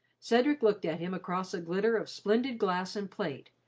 cedric looked at him across a glitter of splendid glass and plate,